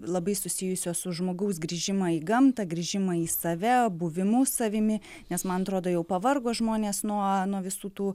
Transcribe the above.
labai susijusios su žmogaus grįžimą į gamtą grįžimą į save buvimu savimi nes man atrodo jau pavargo žmonės nuo nuo visų tų